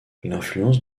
l’influence